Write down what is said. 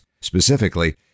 specifically